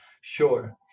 sure